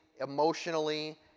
emotionally